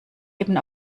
eben